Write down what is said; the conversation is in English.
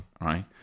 right